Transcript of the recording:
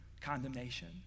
condemnation